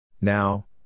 Now